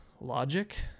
Logic